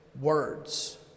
words